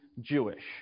Jewish